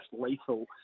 lethal